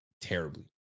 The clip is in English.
terribly